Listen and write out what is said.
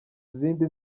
zindi